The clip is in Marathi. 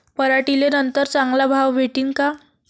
पराटीले नंतर चांगला भाव भेटीन का?